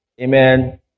Amen